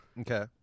Okay